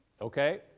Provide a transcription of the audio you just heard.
Okay